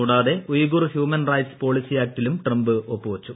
കൂടാതെ Uyghur human rights policy ആക്ടിലും Trump ഒപ്പുവച്ചു